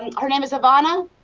and her name is ivana.